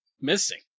missing